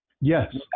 Yes